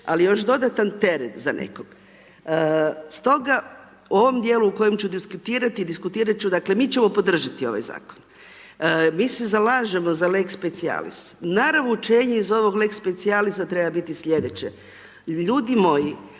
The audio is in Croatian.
ali još dodatan teret za nekog. Stoga, u ovom dijelu u kojem ću diskutirati, diskutirati ću, dakle, mi ćemo podržati ovaj zakon. Mi se zalažemo za lex specijalis, …/Govornik se ne razumije./… iz ovog lex specijalisa treba biti sljedeće, ljudi moji,